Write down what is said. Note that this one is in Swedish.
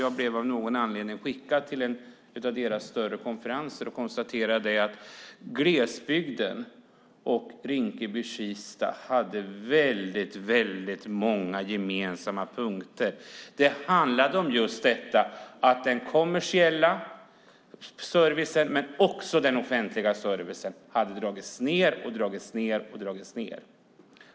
Av någon anledning blev jag skickad till en av nätverkets större konferenser. Jag konstaterade att glesbygden och Rinkeby-Kista hade väldigt många gemensamma punkter. Det handlade just om att både den kommersiella servicen och den offentliga servicen hade dragits ned och dragits ned.